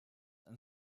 and